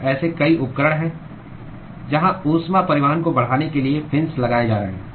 तो ऐसे कई उपकरण हैं जहां ऊष्मा परिवहन को बढ़ाने के लिए फिन्स लगाए जा रहे हैं